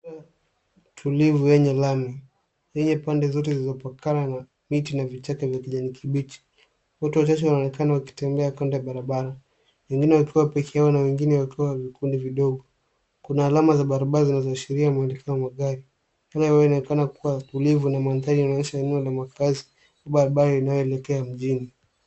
Barabara tulivu yenye lami yenye pande zote zilizopakana na miti na vichaka vya kijani kibichi. Watu watatu wanaonekana wakitembea kando ya barabara wengine wakiwa peke yao na wengine kwenye vikundi vidogo. Kuna alama za barabra zinazoashiria mwelekeo wa magari. Brabara hiyo inaonekana kuwa tulivu na mandhari inaonyesha eneo la makazi barabara inayoelekea mjini.